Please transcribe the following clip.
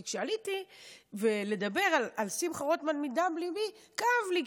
כי כשעליתי לדבר על שמחה רוטמן מדם ליבי כאב לי,